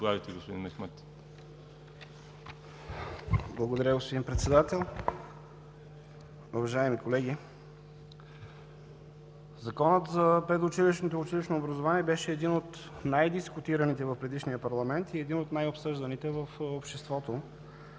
Мехмед. ЕРОЛ МЕХМЕД (ДПС): Благодаря, господин Председател. Уважаеми колеги, Законът за предучилищното и училищното образование беше един от най-дискутираните в предишния парламент и един от най-обсъжданите в обществото.